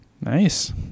Nice